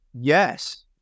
yes